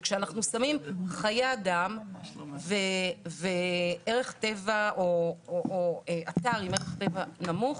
וכשאנחנו שמים חיי אדם וערך טבע או אתר עם ערך טבע נמוך,